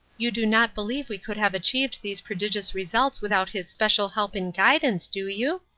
you do not believe we could have achieved these prodigious results without his special help and guidance, do you?